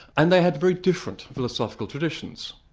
and they had very different philosophical traditions.